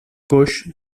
coix